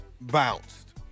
bounced